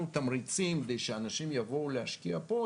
תמריצים כדי שאנשים יבואו להשקיע פה,